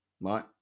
Right